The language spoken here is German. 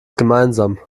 gemeinsam